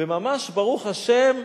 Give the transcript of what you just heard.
וממש, ברוך השם,